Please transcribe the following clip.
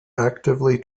actively